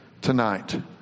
tonight